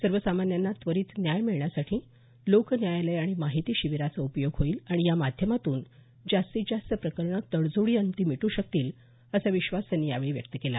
सर्वसामान्यांना त्वरित न्याय मिळण्यासाठी लोकन्यायालय आणि माहिती शिबीराचा उपयोग होईल आणि या माध्यमातून जास्तीत जास्त प्रकरणं तडजोडी अंती मिटू शकतील असा विश्वास त्यांनी यावेळी व्यक्त केला